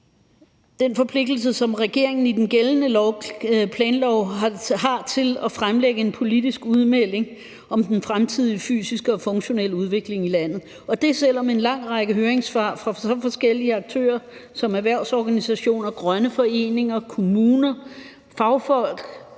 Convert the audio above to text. den forpligtelse, som regeringen i den gældende planlov har til at fremlægge en politisk udmelding om den fremtidige fysiske og funktionelle udvikling i landet. Og det er, selv om en ret lang række høringssvar fra så forskellige aktører som erhvervsorganisationer, grønne foreninger, kommuner og fagfolk